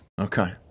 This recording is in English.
okay